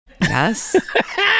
Yes